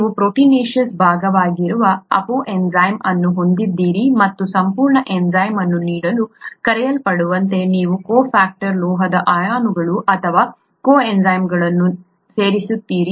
ನೀವು ಪ್ರೋಟೀನೇಸಿಯಸ್ ಭಾಗವಾಗಿರುವ apoenzyme ಅನ್ನು ಹೊಂದಿದ್ದೀರಿ ಮತ್ತು ಸಂಪೂರ್ಣ ಎನ್ಝೈಮ್ ಅನ್ನು ನೀಡಲು ಕರೆಯಲ್ಪಡುವಂತೆ ನೀವು ಕೊಫ್ಯಾಕ್ಟರ್ ಲೋಹದ ಅಯಾನುಗಳು ಅಥವಾ ಕೋಎಂಜೈಮ್ಗಳನ್ನು ಸೇರಿಸುತ್ತೀರಿ